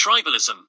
tribalism